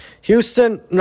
Houston